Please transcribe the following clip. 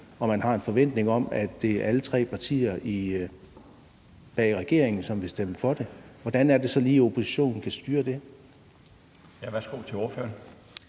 og man har en forventning om, at det er alle tre partier i regeringen, som vil stemme for det, hvordan er det så lige, oppositionen kan styre det? Kl. 16:53 Den fg. formand